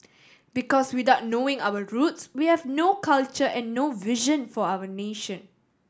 because without knowing our roots we have no culture and no vision for our nation